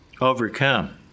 Overcome